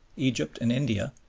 egypt, and india,